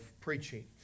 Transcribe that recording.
preaching